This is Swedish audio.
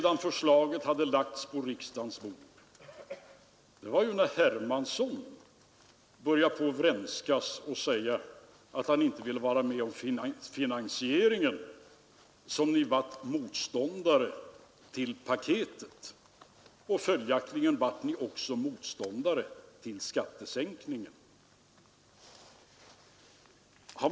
Jag tror att det på folkpensioneringsplanet förekommer en diskussion för närvarande, där man säger sig att det finns åtskilliga människor som skulle behöva folkpension innan de fyller 65 år.